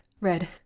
red